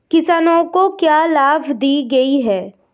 किसानों को क्या लाभ दिए गए हैं?